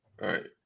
right